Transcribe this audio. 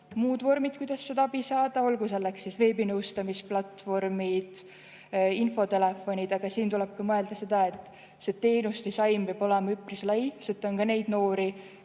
muud vormid, kuidas abi saada, olgu nendeks siis veebinõustamisplatvormid või infotelefonid. Aga siin tuleb mõelda ka sellele, et see teenusedisain peab olema üpris lai, sest on ka neid noori,